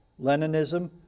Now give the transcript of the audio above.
Leninism